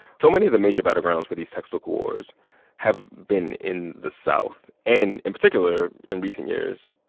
so many of the major battlegrounds for these textbook wars have been in the south and, in particular in recent years,